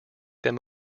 them